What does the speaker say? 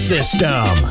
System